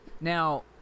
Now